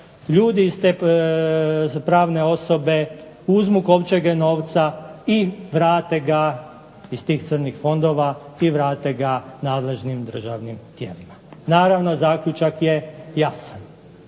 ljudi iz te pravne osobe uzmu kovčege novca i vrate ga iz tih crnih fondova i vrate ga nadležnim državnim tijelima. Naravno zaključak je jasan.